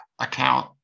account